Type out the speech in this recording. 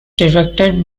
directed